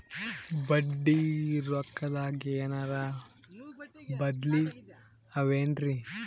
ಬಡ್ಡಿ ರೊಕ್ಕದಾಗೇನರ ಬದ್ಲೀ ಅವೇನ್ರಿ?